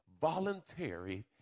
voluntary